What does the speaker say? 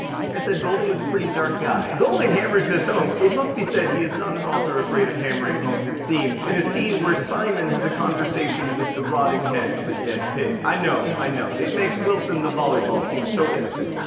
like i said, golding was a pretty dark guy. golding hammers this home it must be said he is not an author afraid of hammering home his themes in a scene where simon has a conversation with the rotting head of a dead pig. i know, i know. it makes wilson the volleyball seem so innocent.